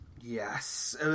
Yes